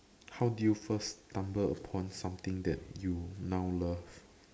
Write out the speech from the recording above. how do you first stumble upon something that you now love